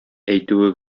әйтүе